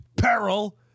peril